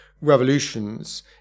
revolutions